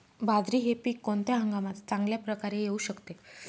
बाजरी हे पीक कोणत्या हंगामात चांगल्या प्रकारे येऊ शकते?